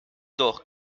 doch